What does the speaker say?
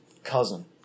Cousin